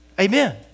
Amen